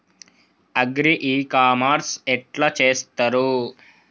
Agri e commerce ఎట్ల చేస్తరు?